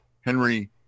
Henry